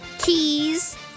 keys